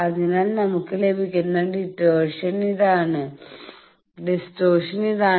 അതിനാൽ നമുക്ക് ലഭിക്കുന്ന ഡിസ്റ്റോർഷൻ എന്താണ്